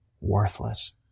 worthless